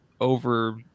over